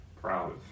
proud